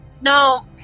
No